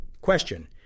Question